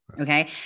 Okay